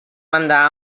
banda